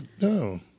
No